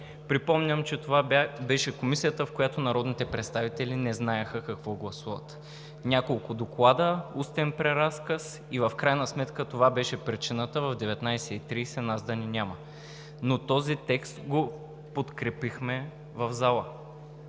Припомням, че това беше комисията, в която народните представители не знаеха какво гласуват – няколко доклада, устен преразказ и в крайна сметка това беше причината в 19,30 ч. нас да ни няма. Но този текст го подкрепихме в залата